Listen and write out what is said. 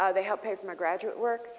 ah they helped pay for my graduate work.